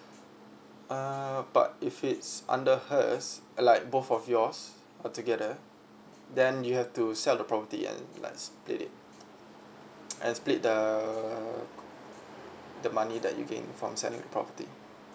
uh but if it's under hers like both of yours altogether then you have to sell the property and like split it and split the the money that you gain from selling the property